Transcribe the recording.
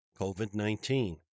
COVID-19